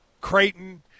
Creighton